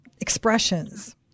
expressions